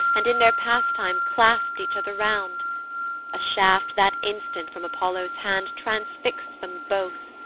and in their pastime claspt each other round a shaft that instant from apollo's hand transfixt them both,